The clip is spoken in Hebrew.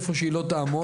איפה שהיא לא תעמוד,